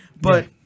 But-